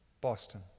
Boston